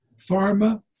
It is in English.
pharma